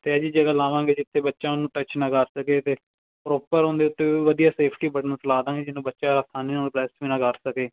ਅਤੇ ਇਹ ਜੀ ਜਗ੍ਹਾ ਲਾਵਾਂਗੇ ਜਿੱਥੇ ਬੱਚਿਆਂ ਨੂੰ ਟੱਚ ਨਾ ਕਰ ਸਕੇ ਅਤੇ ਪ੍ਰੋਪਰ ਉਹਦੇ ਉੱਤੇ ਵੀ ਵਧੀਆ ਸੇਫਟੀ ਬਟਨਸ ਲਾ ਦਾਂਗੇ ਜਿਹਨੂੰ ਬੱਚਾ ਅਸਾਨੀ ਨਾਲ ਟੱਚ ਵੀ ਨਾ ਕਰ ਸਕੇ